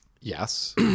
Yes